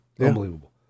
Unbelievable